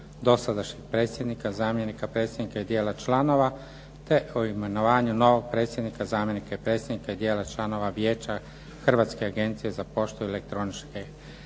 dosadašnjeg predsjednika, zamjenika predsjednika, dijela članova te imenovanju novog predsjednika, zamjenika predsjednika i dijela članova Vijeća Hrvatske agencije za poštu i elektroničke